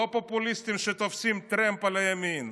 לא פופוליסטים שתופסים טרמפ על הימין.